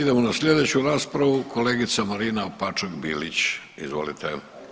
Idemo na sljedeću raspravu kolegica Marina Opačak-Bilić, izvolite.